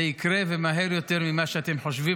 זה יקרה, ומהר יותר ממה שאתם חושבים.